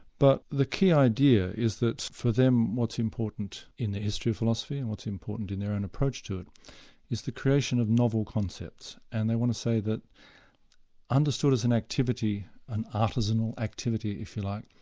but the key idea is that for them what's important in the history of philosophy and what's important in their own approach to it is the creation of novel concepts and they want to say that understood as an activity an artisanal activity if you like,